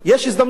יש הזדמנות.